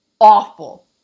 awful